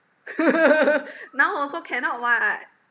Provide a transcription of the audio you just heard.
now also cannot [what]